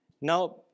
Now